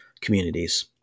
communities